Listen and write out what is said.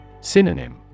Synonym